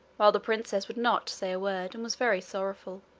while the princess would not say a word, and was very sorrowful.